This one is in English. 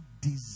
desire